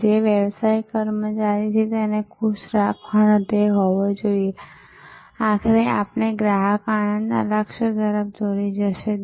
તેથી આ ગ્રાહક હિમાયતનું આદર્શ ઉદાહરણ છે જ્યાં ગ્રાહકને તમારા માર્કેટર તરીકે સહ પસંદ કરવામાં આવે છે